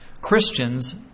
Christians